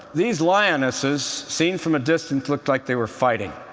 these lionesses, seen from a distance, looked like they were fighting.